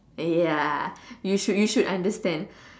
ya you should you should understand